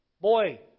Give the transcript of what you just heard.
Boy